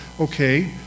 okay